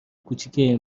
کوچیکه